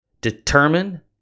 determine